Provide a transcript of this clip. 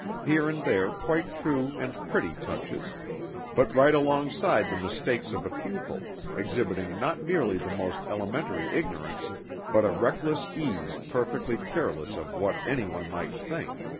here and there quite true and pretty touches but right alongside the mistakes of a pupil, exhibiting not merely the most elementary ignorance but a reckless ease perfectly careless of what anyone might think